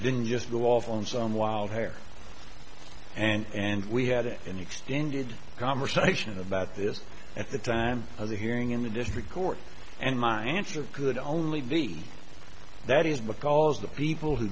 didn't just go off on some wild hair and we had an extended conversation about this at the time of the hearing in the district court and my answer could only be that is because the people who